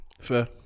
Fair